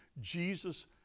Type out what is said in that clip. Jesus